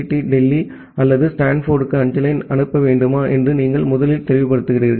D Delhi அல்லது ஸ்டான்போர்டுக்கு அஞ்சலை அனுப்ப வேண்டுமா என்று நீங்கள் முதலில் தெளிவுபடுத்துகிறீர்கள்